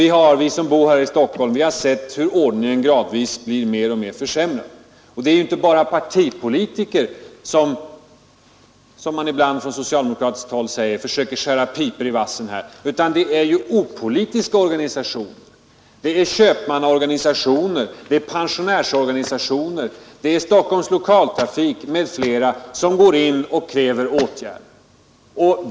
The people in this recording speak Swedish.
Och vi som bor här i Stockholm har sett hur ordningen gradvis försämrats. Det är ju inte bara så, som man ibland på socialdemokratiskt håll säger, att pPartipolitiker försöker skära pipor i vassen, utan opolitiska organisationer — köpmannaorganisationer, pensionärsorganisationer, Storstockholms lokaltrafik m.fl. — går in och kräver åtgärder.